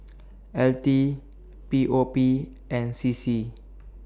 L T P O P and C C